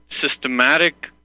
systematic